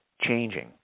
changing